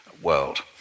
world